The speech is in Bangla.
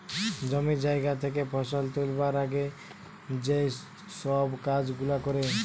জমি জায়গা থেকে ফসল তুলবার আগে যেই সব কাজ গুলা করে